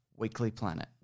weeklyplanet